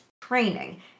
training